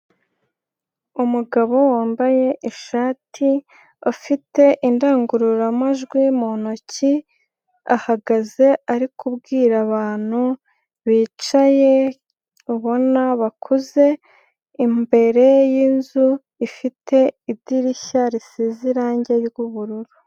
Umugabo wambaye ishati afite indangurura majwi mu ntoki, ahagaze ari kubwira abantu bicaye ubona bakuze, imbere y'inzu ifite idirishya risize irangi ry'ubururu.